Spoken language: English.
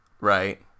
right